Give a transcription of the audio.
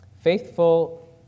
faithful